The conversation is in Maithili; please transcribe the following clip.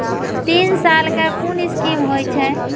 तीन साल कै कुन स्कीम होय छै?